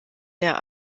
der